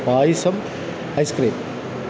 payasam ice cream